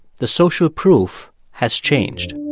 the social proof has changed.